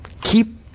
Keep